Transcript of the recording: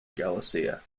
galicia